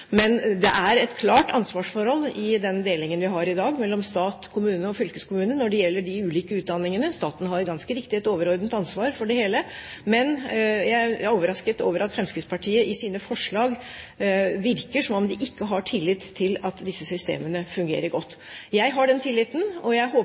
men det er et klart ansvarsforhold i den delingen vi har i dag mellom stat, kommune og fylkeskommune når det gjelder de ulike utdanningene. Staten har ganske riktig et overordnet ansvar for det hele. Men jeg er overrasket over at Fremskrittspartiet gjennom sine forslag virker som om de ikke har tillit til at disse systemene fungerer godt. Jeg har den tilliten, og jeg håper